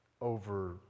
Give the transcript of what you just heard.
over